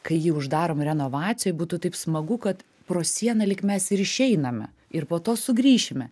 kai jį uždarom renovacijai būtų taip smagu kad pro sieną lyg mes ir išeiname ir po to sugrįšime